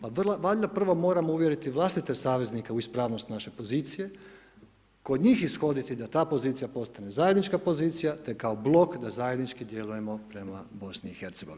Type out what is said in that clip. Pa valjda prvo moramo uvjeriti vlastite saveznike u ispravnost naše pozicije kod njih ishoditi da ta pozicija postane zajednička pozicija te kao blok da zajednički djelujemo prema BiH.